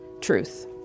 truth